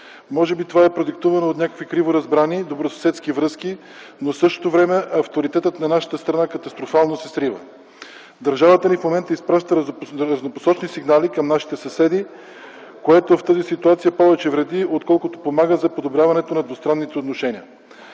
Може би това е продиктувано от някакви криворазбрани добросъседски връзки, но в същото време авторитетът на нашата страна катастрофално се срива. Държавата ни в момента изпраща разнопосочни сигнали към нашите съседи, което в тази ситуация повече вреди, отколкото помага за подобряването на двустранните отношения.